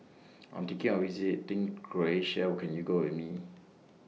I'm thinking of visiting Croatia Can YOU Go with Me